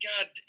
God